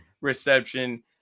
reception